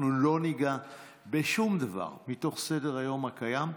אנחנו לא ניגע בשום דבר מתוך סדר-היום הקיים.